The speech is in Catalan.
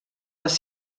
les